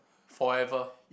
forever